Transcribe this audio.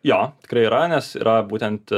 jo tikrai yra nes yra būtent